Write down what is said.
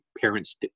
parents